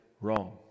wrong